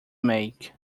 make